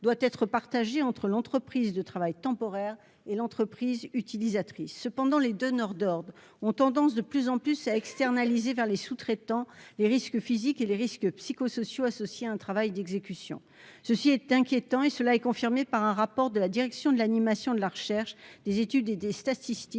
doit être partagée entre l'entreprise de travail temporaire et l'entreprise utilisatrice. Cependant, les donneurs d'ordres tendent toujours plus à externaliser vers leurs sous-traitants les risques physiques et psychosociaux associés à un travail d'exécution. Cette tendance inquiétante est confirmée par un rapport de la direction de l'animation de la recherche, des études et des statistiques